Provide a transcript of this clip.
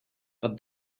but